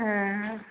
हाँ